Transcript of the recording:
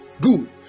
Good